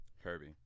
Herbie